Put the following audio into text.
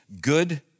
good